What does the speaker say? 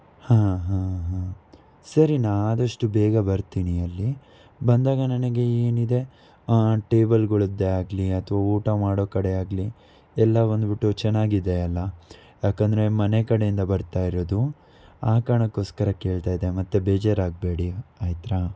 ಹಾಂ ಹಾಂ ಹಾಂ ಸರಿ ನಾನು ಆದಷ್ಟು ಬೇಗ ಬರ್ತೀನಿ ಅಲ್ಲಿ ಬಂದಾಗ ನನಗೆ ಏನಿದೆ ಟೇಬಲ್ಗಳದ್ದೇ ಆಗಲಿ ಅಥವಾ ಊಟ ಮಾಡೋ ಕಡೆ ಆಗಲಿ ಎಲ್ಲ ಬಂದುಬಿಟ್ಟು ಚೆನ್ನಾಗಿದೆ ಅಲ್ವಾ ಯಾಕಂದರೆ ಮನೆ ಕಡೆಯಿಂದ ಬರ್ತಾ ಇರೋದು ಆ ಕಾರಣಕ್ಕೋಸ್ಕರ ಕೇಳ್ತಾ ಇದ್ದೆ ಮತ್ತು ಬೇಜಾರಾಗಬೇಡಿ ಆಯ್ತಾ